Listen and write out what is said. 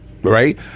Right